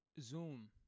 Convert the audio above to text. Zoom